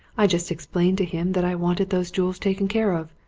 i just explained to him that i wanted those jewels taken care of,